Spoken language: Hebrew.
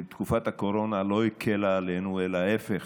תקופת הקורונה לא הקלה עלינו אלא ההפך.